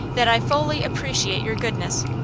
that i fully appreciate your goodness.